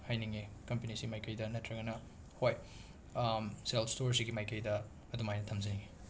ꯍꯥꯏꯅꯤꯡꯏ ꯀꯝꯄꯅꯤꯁꯤ ꯃꯥꯏꯀꯩꯗ ꯅꯠꯇ꯭ꯔꯒꯅ ꯍꯣꯏ ꯁꯦꯜ ꯁ꯭ꯇꯣꯔꯁꯤꯒꯤ ꯃꯥꯏꯀꯩꯗ ꯑꯗꯨꯃꯥꯏꯅ ꯊꯝꯖꯒꯦ